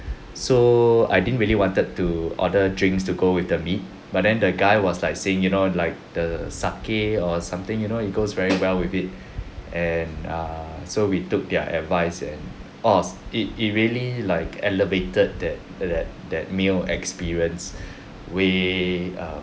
so I didn't really wanted to order drinks to go with the meat but then the guy was like saying you know like the sake or something you know it goes very well with it and err so we took their advice and aws~ it it really like elevated that that that that meal experience way err